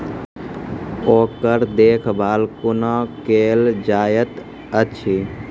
ओकर देखभाल कुना केल जायत अछि?